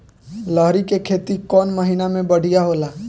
लहरी के खेती कौन महीना में बढ़िया होला?